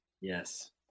Yes